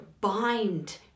bind